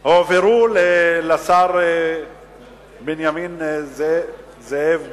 הועברו לשר בנימין זאב בגין?